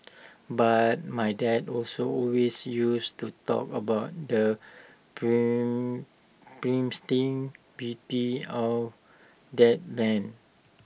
but my dad also always used to talk about the pristine beauty of that land